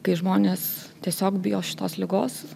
kai žmonės tiesiog bijo šitos ligos